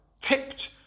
tipped